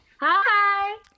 Hi